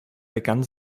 begann